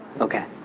Okay